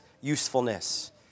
usefulness